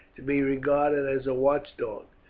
to be regarded as a watchdog,